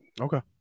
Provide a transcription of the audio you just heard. Okay